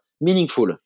meaningful